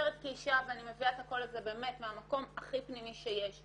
ואני מביאה את הקול הזה מהמקום הכי פנימי שיש.